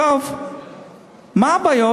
מה הבעיות?